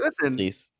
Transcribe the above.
listen